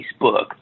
Facebook